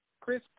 Chris